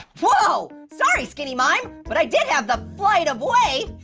whoa! sorry, skinny mime, but i did have the flight of way.